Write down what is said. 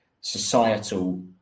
societal